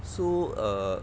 so err